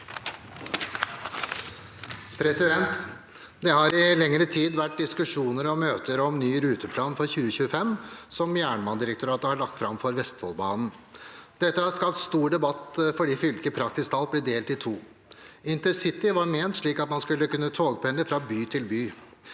«Det har i lengre tid vært diskusjoner og møter om ny ruteplan for 2025, som Jernbanedirektoratet har lagt frem for Vestfoldbanen. Dette har skapt stor debatt fordi fylket praktisk talt blir delt i to. InterCity var ment slik at man skulle kunne togpendle fra by til by.